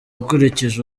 ukurikije